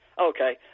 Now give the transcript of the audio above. Okay